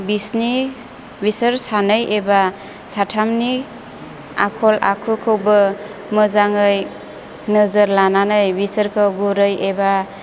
बिसोरनि बिसोर सानै एबा साथामनि आखल आखुखौबो मोजाङै नोजोर लानानै बिसोरखौ गुरै एबा